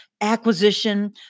acquisition